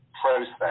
process